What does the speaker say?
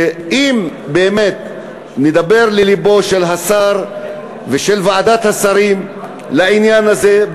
שאם באמת נדבר ללבם של השר ושל ועדת השרים לעניין הזה,